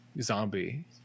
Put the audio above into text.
Zombie